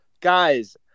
guys